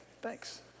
Thanks